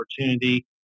opportunity